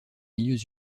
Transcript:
milieux